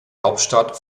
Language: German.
hauptstadt